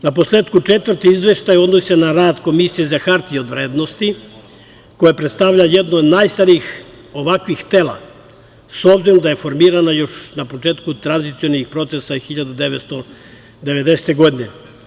Naposletku, četvrti izveštaj odnosi se na rad Komisije za hartije od vrednosti koja predstavlja jednu od najstarijih ovakvih tela, s obzirom da je formirana još na početku tranzicionih procesa 1990. godine.